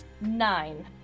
Nine